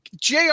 JR